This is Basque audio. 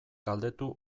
galdetu